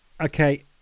Okay